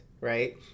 right